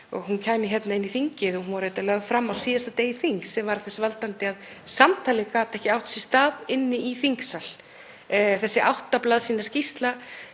og hún kæmi hingað inn í þingið og hún var reyndar lögð fram á síðasta degi þings sem varð þess valdandi að samtalið gat ekki átt sér stað í þingsal. Þessi átta blaðsíðna skýrsla